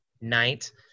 night